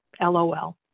LOL